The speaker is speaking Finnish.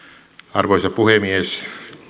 arvoisa puhemies